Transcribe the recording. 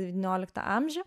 devynioliktą amžių